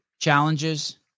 challenges